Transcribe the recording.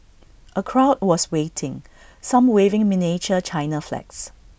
A crowd was waiting some waving miniature China flags